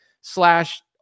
slash